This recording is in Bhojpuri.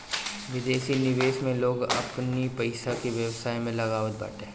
विदेशी निवेश में लोग अपनी पईसा के व्यवसाय में लगावत बाटे